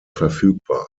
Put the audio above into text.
verfügbar